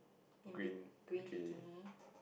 in bi~ green bikini